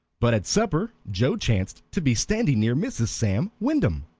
but at supper joe chanced to be standing near mrs. sam wyndham.